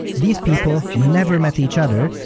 these people never met each other,